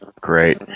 Great